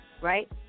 right